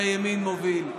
שהימין מוביל.